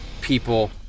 people